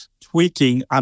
tweaking